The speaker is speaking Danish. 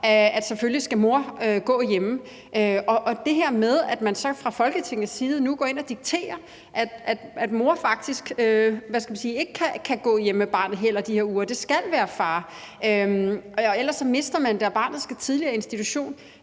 at mor selvfølgelig skal gå hjemme. Det her med, at man fra Folketingets side nu går ind og dikterer, at mor faktisk ikke kan gå hjemme med barnet i de her uger, altså at det skal være far, for ellers mister man de uger, og så skal barnet tidligere i institution,